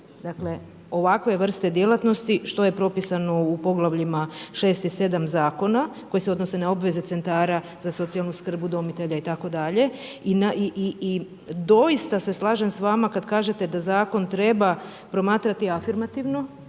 ovakve vrste djelatnosti što je propisano u poglavljima 6. i 7. zakona koje se odnose na obveze CZSS-a, udomitelja itd. I doista se slažem s vama kad kažete da zakon treba promatrati afirmativno